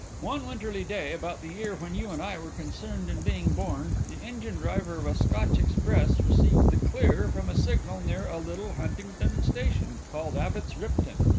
one winterly day, about the year when you and i were concerned in being born, the engine-driver of a scotch express received the clear from a signal near a little huntingdon station called abbots ripton.